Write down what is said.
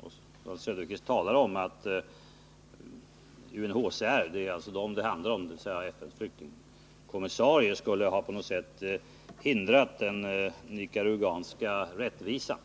Oswald Söderqvist talar om inte förekommit, dvs. att UNHCR, FN:s flyktingkommissarie, på något sätt skulle ha hindrat den nicaraguanska rättvisan.